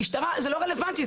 המשטרה, זה לא רלוונטי.